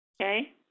okay